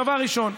דבר ראשון.